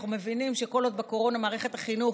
אנחנו מבינים שכל עוד בקורונה מערכת החינוך